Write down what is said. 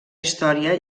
història